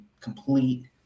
complete